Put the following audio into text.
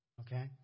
Okay